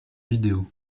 vidéos